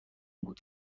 بود